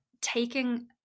taking